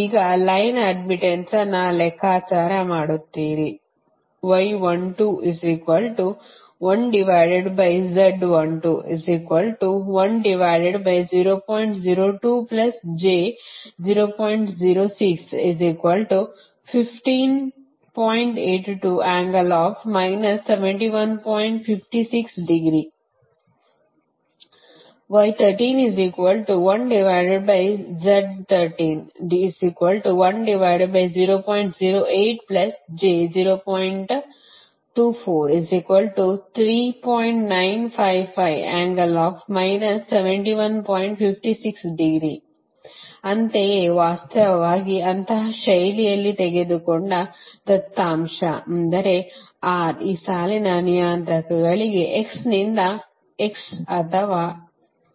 ಈಗ line admittance ಅನ್ನು ಲೆಕ್ಕಾಚಾರ ಮಾಡುತ್ತೀರಿ ಅಂತೆಯೇ ವಾಸ್ತವವಾಗಿ ಅಂತಹ ಶೈಲಿಯಲ್ಲಿ ತೆಗೆದುಕೊಂಡ ದತ್ತಾಂಶ ಅಂದರೆ r ಈ ಸಾಲಿನ ನಿಯತಾಂಕಗಳಿಗೆ x ನಿಂದ x ಅಥವಾ